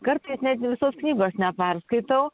kartais net nė visos knygos neperskaitau